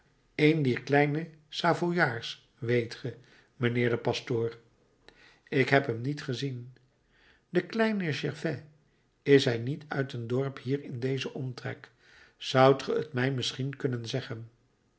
een dier kleine savooiaards weet ge mijnheer de pastoor ik heb hem niet gezien de kleine gervais is hij niet uit een dorp hier in dezen omtrek zoudt ge t mij misschien kunnen zeggen